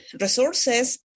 resources